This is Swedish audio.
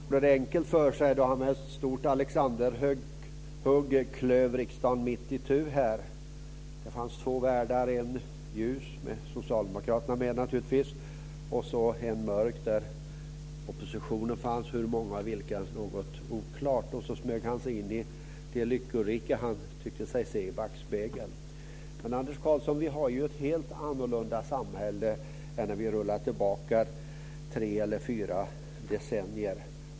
Fru talman! Jag tyckte att Anders Karlsson gjorde det enkelt för sig när han med ett stort alexanderhugg klöv riksdagen mitt itu. Det fanns två världar: en ljus - där socialdemokraterna naturligtvis var med - och en mörk där oppositionen fanns, men hur många och vilka det var var något oklart. Han smög sig sedan in i det lyckorike han tyckte sig se i backspegeln. Men, Anders Karlsson, vi har ju ett helt annorlunda samhälle nu än när vi rullar tillbaka tre eller fyra decennier!